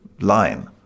line